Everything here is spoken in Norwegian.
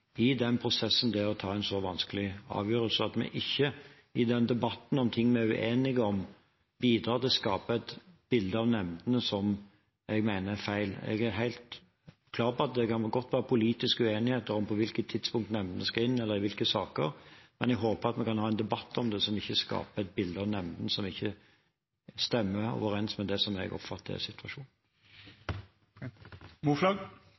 i den prosessen det er å ta en så vanskelig avgjørelse, og at vi ikke i den debatten om ting vi er uenige om, bidrar til å skape et bilde av nemndene som jeg mener er feil. Jeg er helt klar på at det godt kan være politisk uenighet om på hvilket tidspunkt nemndene skal inn, eller i hvilke saker, men jeg håper at vi kan ha en debatt om det som ikke skaper et bilde av nemndene som ikke stemmer overens med det jeg oppfatter er situasjonen.